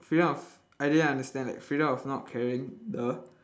freedom of I didn't understand that freedom of not carrying the